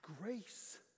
grace